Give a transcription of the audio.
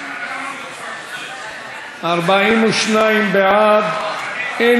עשייה מקצועית מודעת עוני והקמת מרכזי מיצוי זכויות),